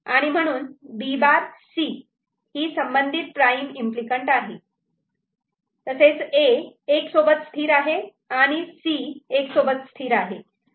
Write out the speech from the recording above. आणि म्हणून B' C ही संबंधित प्राईम इम्पली कँट आहे A '1' सोबत स्थिर आहे आणि C '1' सोबत स्थिर आहे